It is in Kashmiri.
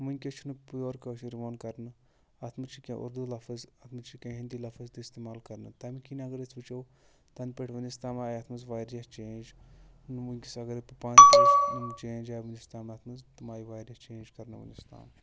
ؤنٛکیٚس چھُ نہٕ پِیور کٲشُر یِوان کرنہٕ اَتھ منٛز چھِ کیٚنٛہہ اردوٗ لَفٕظ اَتھ منٛز چھِ کیٚنٛہہ ہِندی لفٕظ تہِ اِستعمال کرنہٕ تَمہِ کِنۍ اَگر أسۍ وٕچھو تَنہٕ پٮ۪ٹھ وٕنیُک تام آیہِ اَتھ منٛز واریاہ چینٛج وٕنٛکیس اَگر یِم چینٛج آیہِ تِم آیہِ واریاہ چیج کرنہٕ وٕنیُک تام